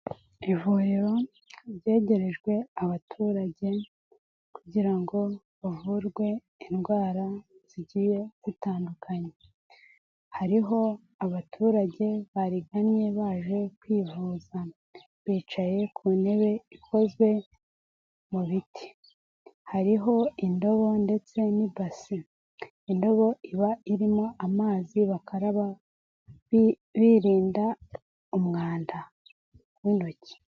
Ivuriro ryegerejwe abaturage kugira ngo bavurwe indwara zigiye zitandukanye. Hariho abaturage barigannye baje kwivuza bicaye ku ntebe ikozwe mu biti. Hariho indobo ndetse n'ibasi. Indobo iba irimo amazi bakaraba, birinda umwanda w'intoki.